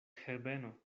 herbeno